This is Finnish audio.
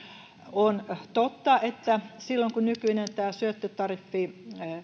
on totta että koska silloin kun nykyinen syöttötariffi